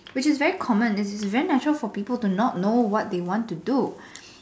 which is very common this is very natural for people to not know what they want to do